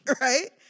right